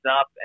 up